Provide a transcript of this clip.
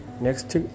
next